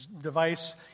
device